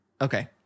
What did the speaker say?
Okay